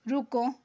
ਰੁਕੋ